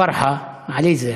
פרחה, עליזה.